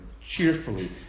cheerfully